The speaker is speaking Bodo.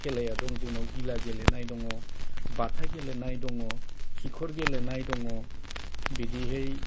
खेलाया दं जोंनाव गिला गेलेनाय दङ बाथा गेलेनाय दङ खिखर गेलेनाय दङ बिदिहै